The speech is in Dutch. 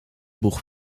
boeg